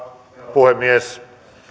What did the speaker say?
puhemies